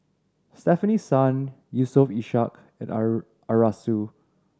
Stefanie Sun Yusof Ishak and Arasu